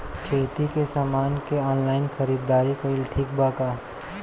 खेती के समान के ऑनलाइन खरीदारी कइल ठीक बा का?